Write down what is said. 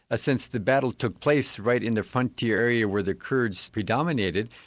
since the battle took place right in the frontier area where the kurds predominated,